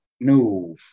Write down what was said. No